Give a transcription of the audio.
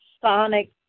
sonic